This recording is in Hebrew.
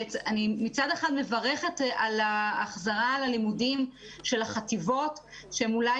מצד אחד אני מברכת על ההחזרה ללימודים של החטיבות שהן אולי